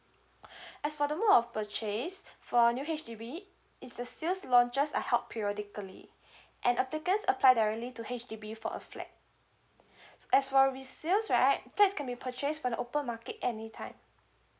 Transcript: as for the mode of purchase for new H_D_B is the sales launches are held periodically and applicants apply directly to H_D_B for a flat as for resales right flats can be purchase for the open market any time